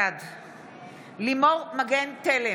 בעד לימור מגן תלם,